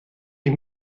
ich